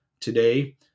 today